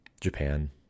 Japan